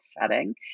setting